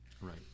Right